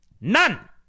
None